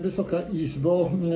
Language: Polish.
Wysoka Izbo!